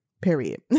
Period